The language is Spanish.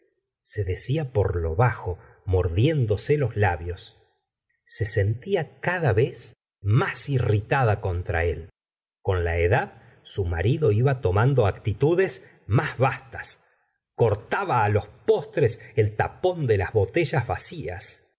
se decía por lo bajo mordiéndose los labios se sentía cada vez más irritada contra él con la edad su marido iba tomando actitudes más bastas cortaba los postres el tapón de las botellas vacías